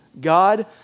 God